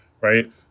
right